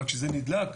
אבל כשזה נדלק,